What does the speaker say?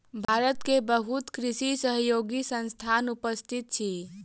भारत में बहुत कृषि सहयोगी संस्थान उपस्थित अछि